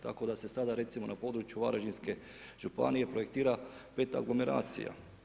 Tako da se sada recimo na području Varaždinske županije projektira peta aglomeracija.